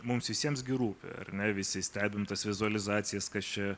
mums visiems gi rūpi ar ne visi stebim tas vizualizacijas kas čia